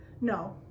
No